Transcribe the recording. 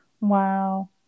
Wow